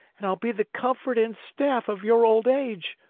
and i'll be the comfort and staff of your old age.